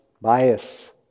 bias